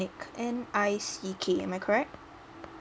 nick N I C K am I correct